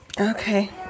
Okay